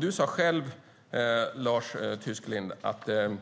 Du sade själv, Lars Tysklind, att det